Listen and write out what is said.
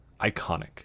iconic